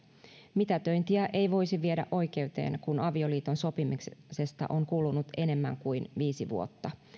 mitätöintiä ei voisi viedä oikeuteen kun avioliiton sopimisesta on kulunut enemmän kuin viisi vuotta